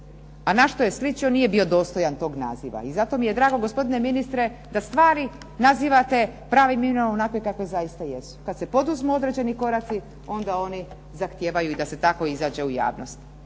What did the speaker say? a nešto je sličio nije bio dostojan tog naziva. I zato mi je drago gospodine ministre da stvari nazivate pravim imenom onakve kakvi zaista jesu. Kada se poduzmu određeni koraci, onda oni zahtijevaju i da se tako izađe u javnost.